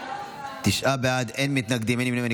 תשעה בעד, אין מתנגדים, אין נמנעים.